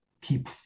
keep